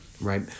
right